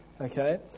Okay